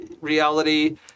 reality